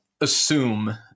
assume